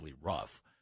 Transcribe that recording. rough